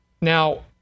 Now